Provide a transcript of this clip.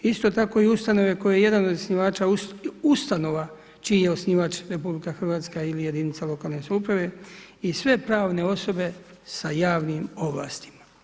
Isto tako ustanove kojoj je jedan od osnivača ustanova čiji je osnivač RH ili jedinica lokalne samouprave i sve pravne osobe sa javnim ovlastima.